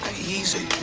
easy.